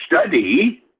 study